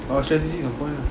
our strategy's on point lah